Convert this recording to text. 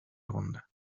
ronda